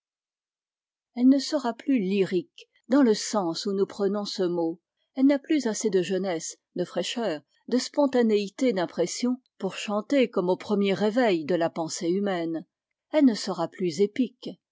elle ne sera plus lyrique dans le sens où nous prenons ce mot elle n'a plus assez de jeunesse de fraîcheur de spontanéité d'impression pour chanter comme au premier réveil de la pensée humaine elle ne sera plus épique